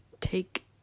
take